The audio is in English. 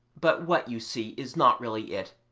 but what you see is not really it,